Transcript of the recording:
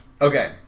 Okay